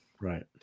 Right